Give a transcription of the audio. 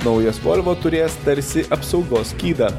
naujas volvo turės tarsi apsaugos skydą